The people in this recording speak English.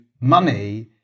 money